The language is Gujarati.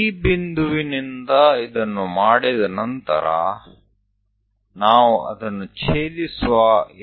એકવાર D બિંદુથી તે થઈ જાય છે ત્યારબાદ આપણે તેની સાથે ચાલીશું